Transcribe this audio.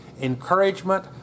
encouragement